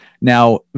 Now